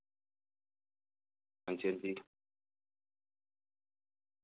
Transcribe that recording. हां जी हां जी